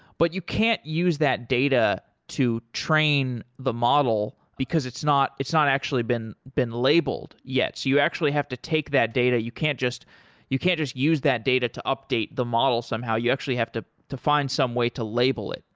but you can't use that data to train the model, because it's not it's not actually been been labeled yet. so you actually have to take that data. you can't just you use that data to update the model somehow. you actually have to to find some way to label it.